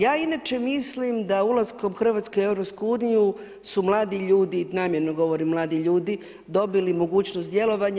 Ja inače mislim da ulaskom Hrvatske u EU su mladi ljudi, namjerno govorim mladi ljudi, dobili mogućnost djelovanja.